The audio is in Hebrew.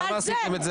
על זה.